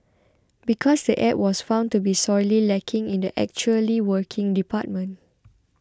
because the app was found to be sorely lacking in the 'actually working' department